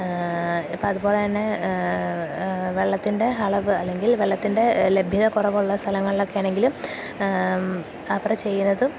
ഇപ്പോള് അതുപോലെതന്നെ വെള്ളത്തിൻ്റെ അളവ് അല്ലെങ്കിൽ വെള്ളത്തിൻ്റെ ലഭ്യത കുറവുള്ള സ്ഥലങ്ങളിലൊക്കെ ആണെങ്കിലും അവർ ചെയ്യുന്നതും